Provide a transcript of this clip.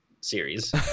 series